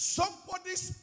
somebody's